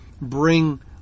bring